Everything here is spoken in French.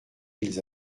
qu’ils